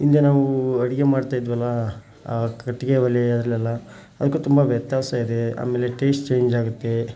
ಹಿಂದೆ ನಾವು ಅಡುಗೆ ಮಾಡ್ತಾಯಿದ್ದೆವಲ್ಲ ಆ ಕಟ್ಟಿಗೆ ಒಲೆ ಅದರಲ್ಲೆಲ್ಲ ಅದ್ಕೂ ತುಂಬ ವ್ಯತ್ಯಾಸ ಇದೆ ಆಮೇಲೆ ಟೇಸ್ಟ್ ಚೇಂಜಾಗುತ್ತೆ